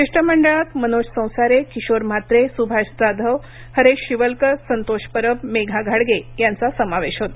शिष्टमंडळात मनोज संसारे किशोर म्हात्रे सुभाष जाधव हरेश शिवलकर संतोष परब मेघा घाडगे यांचा समावेश होता